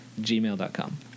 gmail.com